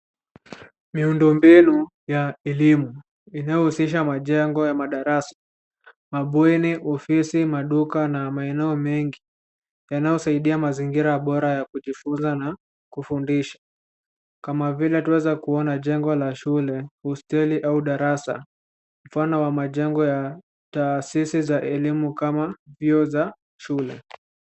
Miundo mbinu ya elimu inayohusisha majengo ya darasa, mabweni, ofisi, maduka na maeneo mengi yanayosaidia mazingira bora ya kujifunza na kufundisha kama vile twaweza kuona jengo la shule, hosteli au darasa mfano wa majengo ya taasisi za elimu kama vyuo za shule.